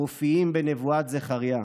המופיעים בנבואת זכריה.